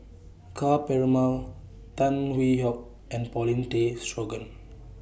Ka Perumal Tan Hwee Hock and Paulin Tay Straughan